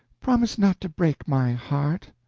promise not to break my heart!